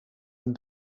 een